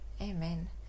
Amen